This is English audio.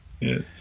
Yes